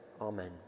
amen